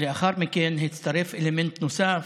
לאחר מכן הצטרף אלמנט נוסף: